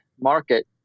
market